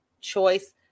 choice